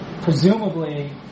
presumably